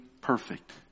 perfect